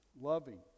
loving